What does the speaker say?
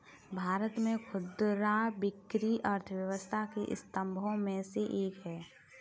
भारत में खुदरा बिक्री अर्थव्यवस्था के स्तंभों में से एक है